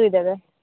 ରୁଇ ଦେବେ